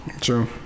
True